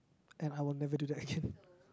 and I will never do that again